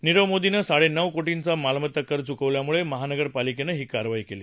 निरव मोदीनं साडे नऊ कोटीचा मालमत्ता कर चूकवल्यामुळे महानगरापालिकेनं ही कारवाई केली